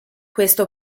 questa